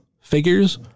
figures